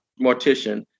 mortician